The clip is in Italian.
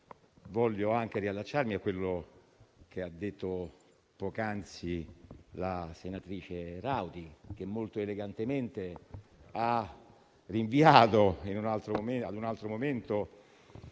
voglio anche riallacciarmi a quanto detto poc'anzi dalla senatrice Rauti, che molto elegantemente ha rinviato a un altro momento